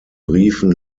briefen